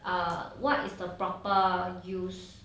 err what is the proper use